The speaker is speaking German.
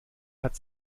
hat